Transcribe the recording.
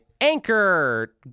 Anchor